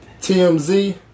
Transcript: TMZ